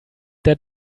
der